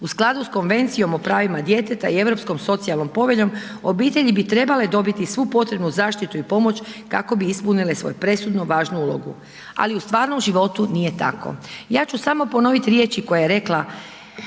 U skladu sa Konvencijom pravima djeteta i Europskom socijalnom poveljom, obitelji bi trebale dobiti svu potrebnu zaštitu i pomoći kako bi ispunile svoju presudno važnu ulogu ali u stvarnom životu nije tako. Ja ću samo ponoviti riječi koje je rekla